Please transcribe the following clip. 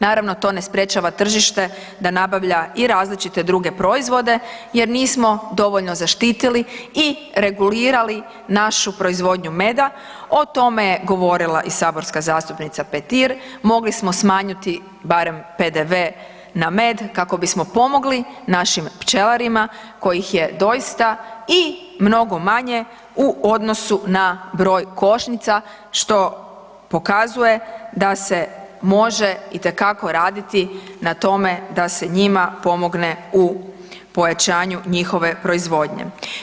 Naravno to ne sprječava tržište da nabavlja i različite druge proizvode jer nismo dovoljno zaštitili i regulirali našu proizvodnju meda, o tome je govorila i saborska zastupnika Petir, mogli smo smanjiti barem PDV na med kako bismo pomogli našim pčelarima kojih je doista i mnogo manje u odnosu na broj košnica, što pokazuje da se može itekako raditi na tome da se njima pomogne u pojačanju njihove proizvodnje.